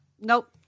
Nope